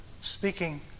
speaking